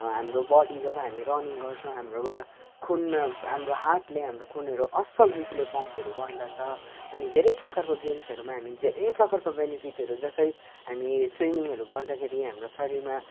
हाम्रो बडी जब हामी रनिङ गर्छौँ हाम्रो वा खुनमा हाम्रो हार्टले हाम्रो खुनहरू असल रीतिले पम्पहरू गर्दछ अनि धेरै प्रकारको गेम्सहरूमा हामी धेरै प्रकारको बेनिफिटहरू जस्तै हामी स्विमिङहरू गर्दाखेरि हाम्रो शरीरमा